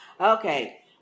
Okay